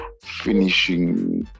finishing